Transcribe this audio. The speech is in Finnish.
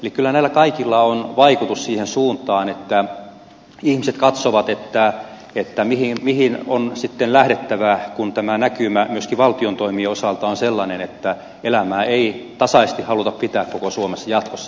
eli kyllä näillä kaikilla on vaikutus siihen suuntaan että ihmiset katsovat mihin on sitten lähdettävä kun tämä näkymä myöskin valtion toimien osalta on sellainen että elämää ei tasaisesti haluta pitää koko suomessa jatkossa